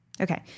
Okay